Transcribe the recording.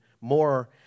more